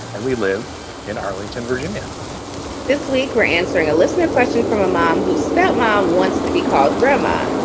and we live in arlington, virginia this week, we're answering a listener question from a mom whose step mom wants to be called grandma.